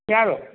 വ്യാഴം